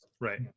Right